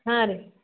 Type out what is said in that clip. ಹಾಂ ರೀ